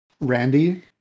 Randy